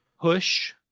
push